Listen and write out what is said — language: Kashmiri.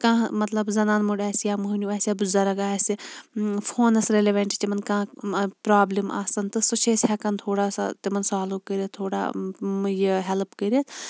کانٛہہ مَطلَب زَنان موٚنٛڈ آسہِ یا موٚہنیٚو آسہِ یا بُزَرٕگ آسہِ فونَس رِلِویٚنٹ چھِ تِمَن کانٛہہ پرابلِم آسان تہٕ سُہ چھِ ہیٚکان تھوڑا سا تِمَن سالو کٔرِتھ تھوڑا یہِ ہیٚلٕپ کٔرِتھ